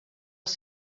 els